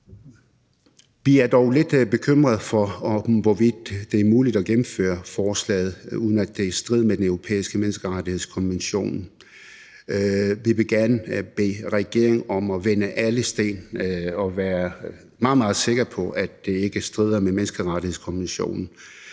Vi er dog lidt bekymrede for, hvorvidt det er muligt at gennemføre forslaget, uden at det er i strid med den europæiske menneskerettighedskonvention. Vi vil gerne bede regeringen om at vende alle sten og være meget, meget sikker på, at det ikke strider mod menneskerettighedskonventionen.